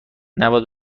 نود